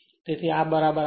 તેથી આ બરાબર આ છે